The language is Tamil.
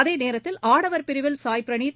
அதேநேரத்தில் ஆடவர் பிரிவில் சாய் ப்ரனீத்